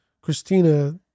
Christina